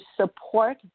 support